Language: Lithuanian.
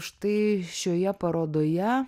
štai šioje parodoje